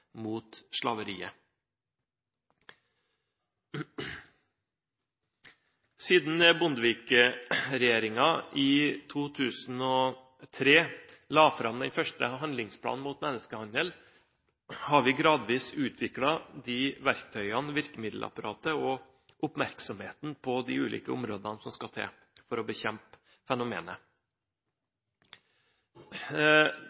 mot slaveriet. Siden Bondevik-regjeringen i 2003 la fram den første handlingsplanen mot menneskehandel, har vi gradvis utviklet verktøyene, virkemiddelapparatet og oppmerksomheten på de ulike områdene som skal til for å bekjempe fenomenet.